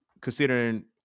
considering